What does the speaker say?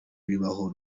bibaho